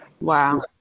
Wow